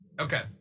Okay